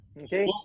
Okay